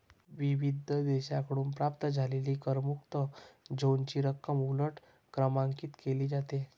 विविध देशांकडून प्राप्त झालेल्या करमुक्त झोनची रक्कम उलट क्रमांकित केली जाते